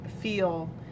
feel